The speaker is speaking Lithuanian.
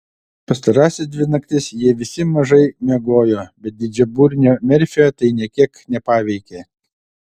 pastarąsias dvi naktis jie visi mažai miegojo bet didžiaburnio merfio tai nė kiek nepaveikė